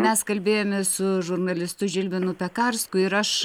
mes kalbėjomės su žurnalistu žilvinu pekarsku ir aš